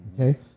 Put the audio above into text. Okay